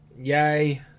Yay